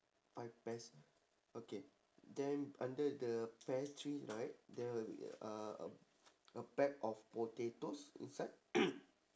five pears okay then under the pear tree right there are uh a a pack of potatoes inside